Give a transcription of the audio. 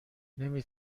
نمی